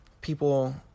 People